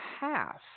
half